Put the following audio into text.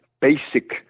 basic